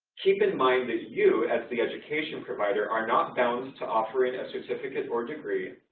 keep in mind that you, as the education provider, are not bound to offering a certificate or degree,